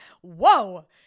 Whoa